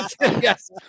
Yes